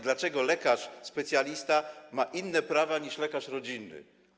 Dlaczego lekarz specjalista ma inne prawa niż lekarz rodzinny?